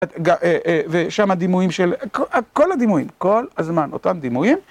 ושם הדימויים של, כל הדימויים, כל הזמן אותם דימויים.